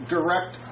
Direct